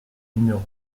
numéro